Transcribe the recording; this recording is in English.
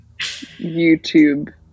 youtube